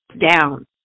down